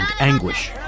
anguish